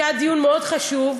שהיה דיון מאוד חשוב.